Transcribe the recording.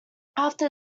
after